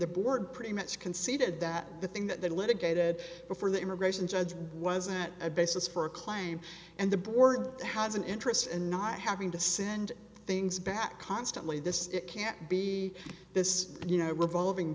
the board pretty much conceded that the thing that they litigated before the immigration judge wasn't a basis for a claim and the board has an interest in not having to send things back constantly this it can't be this you know revolving